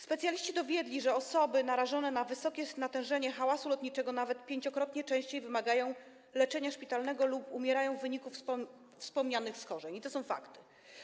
Specjaliści dowiedli, że osoby narażone na wysokie natężenie hałasu lotniczego nawet 5-krotnie częściej wymagają leczenia szpitalnego lub umierają w wyniku wspomnianych schorzeń, i to są fakty.